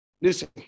Listen